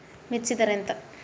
మిర్చి ధర ఎంత?